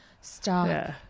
stop